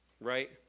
right